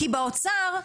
כי באוצר,